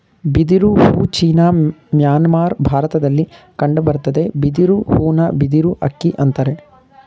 ಬಿದಿರು ಹೂ China Myanmar ಭಾರತದಲ್ಲಿ ಕಂಡುಬರ್ತದೆ ಬಿದಿರು ಹೂನ ಬಿದಿರು ಅಕ್ಕಿ ಅಂತರೆ